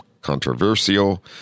controversial